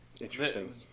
Interesting